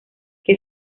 que